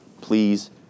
please